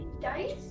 dice